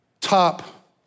top